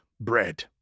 bread